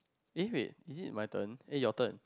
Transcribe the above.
eh wait is it my turn eh your turn